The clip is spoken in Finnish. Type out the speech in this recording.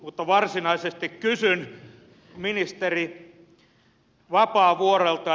mutta varsinaisesti kysyn ministeri vapaavuorelta